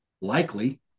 likely